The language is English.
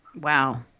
Wow